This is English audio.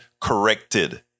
corrected